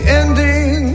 ending